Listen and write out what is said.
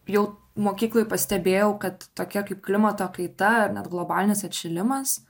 jau mokykloj pastebėjau kad tokia kaip klimato kaita ar net globalinis atšilimas